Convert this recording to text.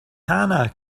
hannah